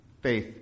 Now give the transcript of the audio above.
faith